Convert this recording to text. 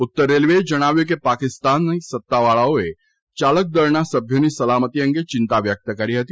ઉત્તર રેલવે જણાવ્યું હતું કે પાકિસ્તાન સત્તાવાળાઓએ યાલક દળના સભ્યોની સલામતી અંગે ચિંતા વ્યક્ત કરી હતી